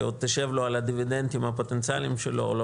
שעוד תשב לו על הדיבידנדים הפוטנציאליים שלו או לא